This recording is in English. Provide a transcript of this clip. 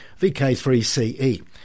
VK3CE